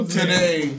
today